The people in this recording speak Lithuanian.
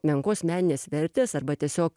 menkos meninės vertės arba tiesiog